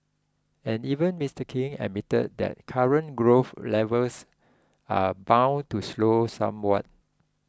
and even Mister King admitted that current growth levels are bound to slow somewhat